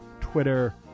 Twitter